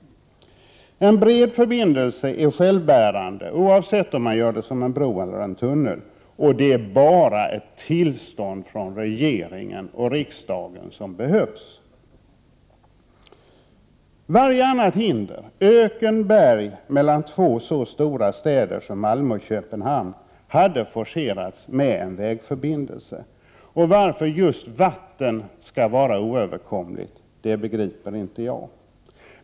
En bred förbindelse är självbärande, oavsett om man gör den som en bro eller som en tunnel. Det är bara ett tillstånd från regeringen och riksdagen som behövs. Varje annat hinder, öken eller berg, mellan två så stora städer som Malmö och Köpenhamn hade forcerats med en vägförbindelse. Varför just vatten skall vara oöverkomligt begriper inte jag.